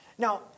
Now